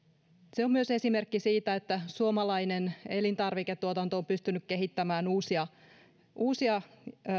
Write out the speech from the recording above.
se on esimerkki myös siitä että suomalainen elintarviketuotanto on pystynyt kehittämään uusia uusia